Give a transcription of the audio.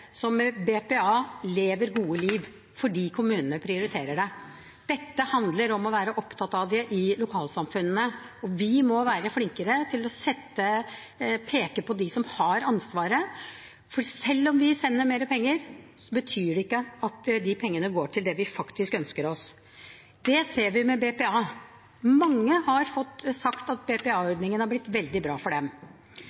som med BPA lever et godt liv, fordi kommunene prioriterer det. Dette handler om å være opptatt av det i lokalsamfunnene, og vi må være flinkere til å peke på dem som har ansvaret. For selv om vi sender mer penger, betyr ikke det at de pengene går til det vi faktisk ønsker oss. Det ser vi med BPA. Mange har sagt at